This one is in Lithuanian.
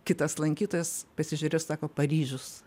kitas lankytojas pasižiūrėjo sako paryžius